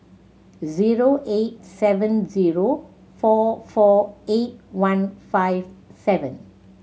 zero eight seven zero four four eight one five seven